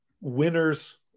winners